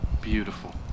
beautiful